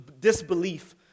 disbelief